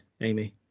Amy